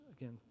Again